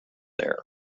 there